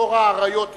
תור האריות הגיע.